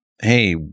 hey